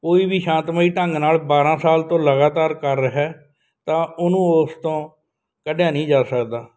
ਕੋਈ ਵੀ ਸ਼ਾਂਤਮਈ ਢੰਗ ਨਾਲ ਬਾਰ੍ਹਾਂ ਸਾਲ ਤੋਂ ਲਗਾਤਾਰ ਕਰ ਰਿਹਾ ਤਾਂ ਉਹਨੂੰ ਉਸ ਤੋਂ ਕੱਢਿਆ ਨਹੀਂ ਜਾ ਸਕਦਾ